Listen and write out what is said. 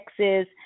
Texas